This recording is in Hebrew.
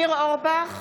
(קוראת בשמות חברי הכנסת) ניר אורבך,